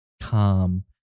calm